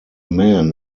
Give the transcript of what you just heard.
men